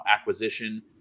acquisition